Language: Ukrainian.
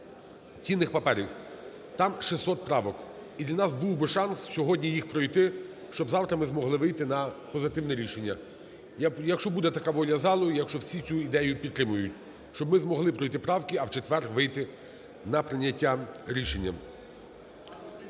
цінних паперів). Там 600 правок, і для нас був би шанс сьогодні їх пройти, щоб завтра ми могли вийти на позитивне рішення. Якщо буде така воля залу і якщо всі цю ідею підтримають, щоб ми змогли пройти правки, а в четвер вийти на прийняття рішення.